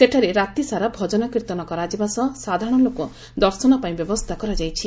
ସେଠାରେ ରାତିସାରା ଭଜନ କୀର୍ତନ କରାଯିବା ସହ ସାଧାରଣ ଲୋକ ଦର୍ଶନ ପାଇଁ ବ୍ୟବସ୍ଚା କରାଯାଇଛି